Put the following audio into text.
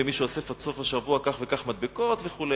ומי שאוסף עד סוף השבוע כך וכך מדבקות וכו'.